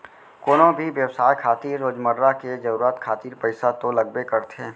कोनो भी बेवसाय खातिर रोजमर्रा के जरुरत खातिर पइसा तो लगबे करथे